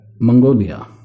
Mongolia